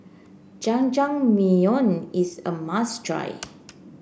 Jajangmyeon is a must try